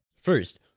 First